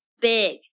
big